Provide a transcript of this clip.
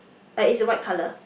eh is white colour